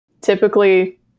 Typically